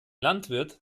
landwirt